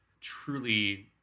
truly